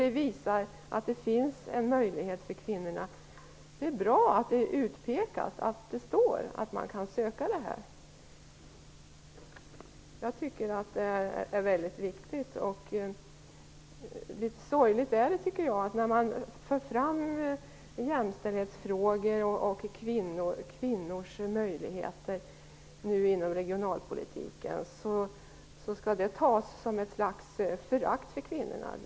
Det visar att att det finns en möjlighet för kvinnorna. Det är bra att det finns utpekat att det går att söka dessa stöd. Jag tycker att det är viktigt. Jag tycker att det är litet sorgligt att när jämställdhetsfrågor och kvinnors möjligheter inom regionalpolitiken förs fram, skall det tas som ett slags förakt för kvinnorna.